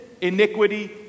iniquity